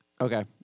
Okay